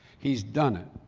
he's done it.